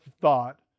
thought